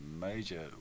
major